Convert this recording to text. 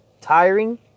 tiring